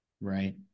right